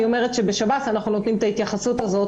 אני אומרת שבשב"ס אנחנו נותנים את ההתייחסות הזאת